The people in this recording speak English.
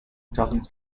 talking